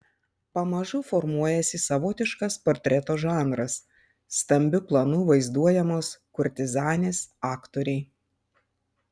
pamažu formuojasi savotiškas portreto žanras stambiu planu vaizduojamos kurtizanės aktoriai